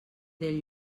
del